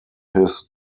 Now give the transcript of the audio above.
his